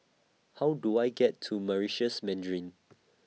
How Do I get to Meritus Mandarin